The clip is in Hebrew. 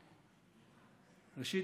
ראשית,